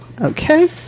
Okay